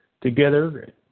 together